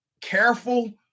careful